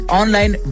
online